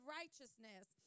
righteousness